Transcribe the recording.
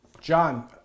John